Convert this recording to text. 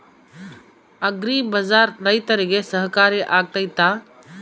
Agri Bazaar ರೈತರಿಗೆ ಸಹಕಾರಿ ಆಗ್ತೈತಾ?